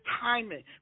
timing